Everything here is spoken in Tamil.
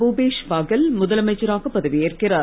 பூபேஷ் பகேல் முதலமைச்சராக பதவியேற்கிறார்